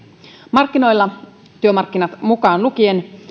markkinoilla työmarkkinat mukaan lukien